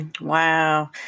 Wow